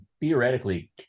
theoretically